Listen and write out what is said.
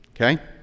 okay